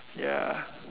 ya